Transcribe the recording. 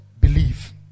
believe